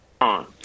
on